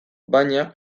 baina